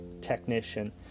technician